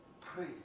pray